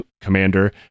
commander